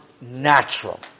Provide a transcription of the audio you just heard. natural